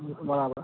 બરાબર